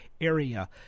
area